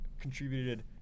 contributed